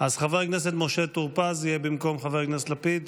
אז חבר הכנסת משה טור פז יהיה במקום חבר הכנסת לפיד.